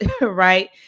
right